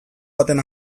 baten